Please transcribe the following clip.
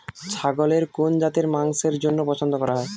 ছাগলের কোন জাতের মাংসের জন্য পছন্দ করা হয়?